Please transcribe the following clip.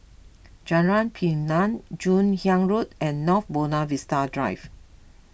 Jalan Pinang Joon Hiang Road and North Buona Vista Drive